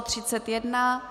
31.